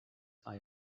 eye